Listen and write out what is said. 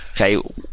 Okay